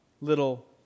little